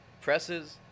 presses